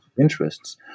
interests